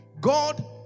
God